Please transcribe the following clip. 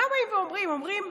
לא, אני מופתע.